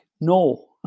No